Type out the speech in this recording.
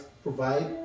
provide